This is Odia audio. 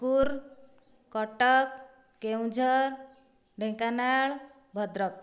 ହୁର କଟକ କେଉଁଝର ଢେଙ୍କାନାଳ ଭଦ୍ରକ